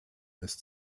ist